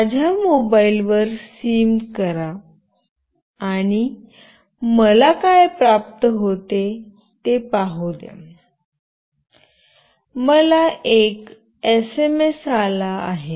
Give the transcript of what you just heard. माझ्या मोबाइलवर सिम करा आणि मला काय प्राप्त होते ते पाहू द्या मला एक एसएमएस आला आहे